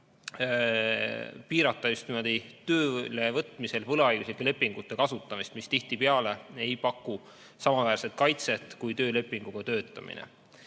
piirata just töölevõtmisel võlaõiguslike lepingute kasutamist, mis tihtipeale ei paku samaväärset kaitset kui töölepingu alusel töötamine.